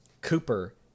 Cooper